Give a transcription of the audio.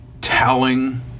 telling